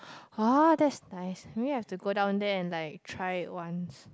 orh that's nice maybe I have to go down there and like try it once